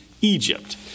Egypt